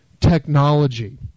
Technology